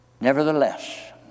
Nevertheless